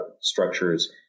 structures